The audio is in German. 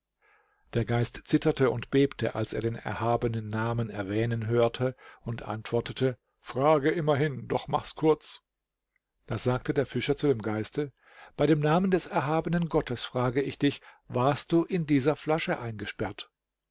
der geist zitterte und bebte als er den erhabenen namen erwähnen hörte und antwortete frage immerhin doch mach's kurz da sagte der fischer zu dem geiste bei dem namen des erhabenen gottes frage ich dich warst du in dieser flasche eingesperrt